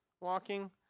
walking